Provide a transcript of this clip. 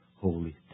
holy